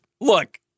Look